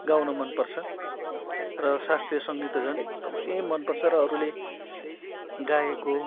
गाउनु मनपर्छ र शास्त्रीय सङ्गीत त झन् एकदमै मनपर्छ र अरूले गाएको